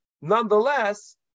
nonetheless